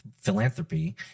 philanthropy